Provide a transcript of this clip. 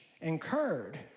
incurred